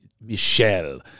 Michelle